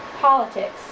Politics